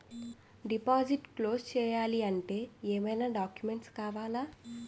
Deposit close చేయాలి అంటే ఏమైనా డాక్యుమెంట్స్ కావాలా?